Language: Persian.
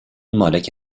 مالک